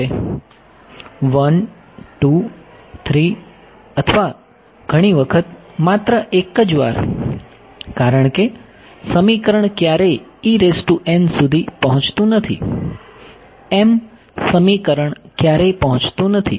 1 2 3 અથવા ઘણી વખત માત્ર એક જ વાર કારણ કે સમીકરણ ક્યારેય સુધી પહોંચતું નથી m સમીકરણ ક્યારેય પહોંચતું નથી